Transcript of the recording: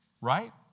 right